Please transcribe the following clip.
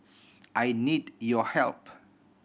I need your help